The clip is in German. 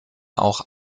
auch